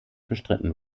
bestritten